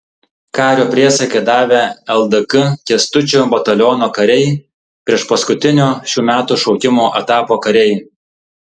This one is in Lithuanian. kario priesaiką davę ldk kęstučio bataliono kariai priešpaskutinio šių metų šaukimo etapo kariai